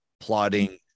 plotting